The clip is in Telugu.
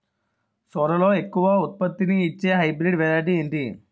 సోరలో ఎక్కువ ఉత్పత్తిని ఇచే హైబ్రిడ్ వెరైటీ ఏంటి?